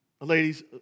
Ladies